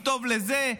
טוב לזה.